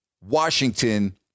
Washington